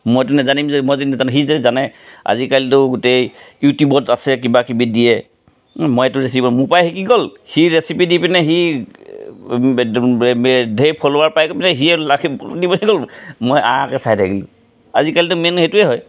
মইতো নেজানিম যে মই যদি নেজানোঁ সি যে জানে আজিকালিটো গোটেই ইউটিউবত আছে কিবাকিবি দিয়ে মই এইটো ৰেচিপি মোৰ পৰাই শিকি গ'ল সি ৰেচিপি দি পিনে সি ধেৰ ফল'ৱাৰ পাই পিনে সিয়ে লাখপতি বনি গ'ল মই আকৈ চাই থাকিলোঁ আজিকালিটো মেইন সেইটোৱে হয়